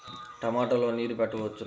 టమాట లో నీరు పెట్టవచ్చునా?